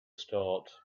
start